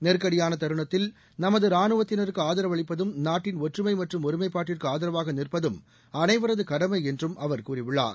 நெருக்கடியான தருணத்தில் நமது ரானுவத்தினருக்கு ஆதரவளிப்பதும் நாட்டின் ஒற்றுமை மற்றும் ஒருமைப்பாட்டிற்கு ஆதரவாக நிற்பதும் அனைவரது கடமை என்றும் அவர் கூறியுள்ளார்